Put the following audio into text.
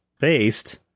based